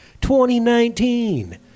2019